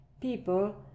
People